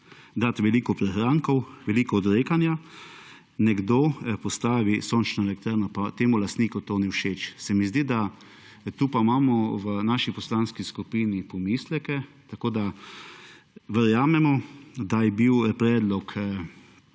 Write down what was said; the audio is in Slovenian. dati veliko prihrankov, veliko odrekanja. Nekdo postavi sončno elektrarno pa temu lastniku to ni všeč, se mi zdi, da tu pa imamo v naši poslanski skupini pomisleke, tako da verjamemo, da je bil predlog,